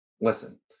Listen